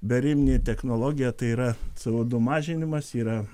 beariminė technologija tai yra c o du mažinimas yra